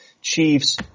Chiefs